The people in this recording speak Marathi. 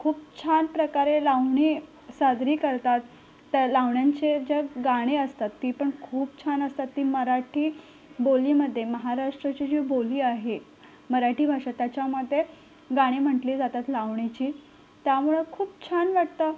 खूप छानप्रकारे लावणी साजरी करतात त्या लावण्यांचे ज्या गाणी असतात ती पण खूप छान असतात ती मराठी बोलीमध्ये महाराष्ट्राची जी बोली आहे मराठी भाषा त्याच्यामध्ये गाणे म्हटले जातात लावणीची त्यामुळं खूप छान वाटतं